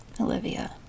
Olivia